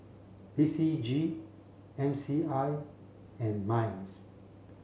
P C G M C I and MINDS